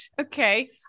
Okay